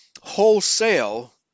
wholesale